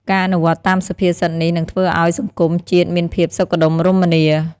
ការអនុវត្តតាមសុភាសិតនេះ នឹងធ្វើឱ្យសង្គមជាតិមានភាពសុខដុមរមនា។